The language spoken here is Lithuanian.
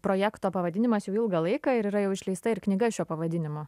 projekto pavadinimas jau ilgą laiką ir yra jau išleista ir knyga šiuo pavadinimu